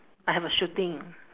I have a shooting